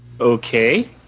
okay